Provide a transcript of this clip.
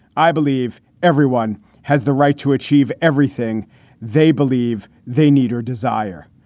i believe everyone has the right to achieve everything they believe they need or desire.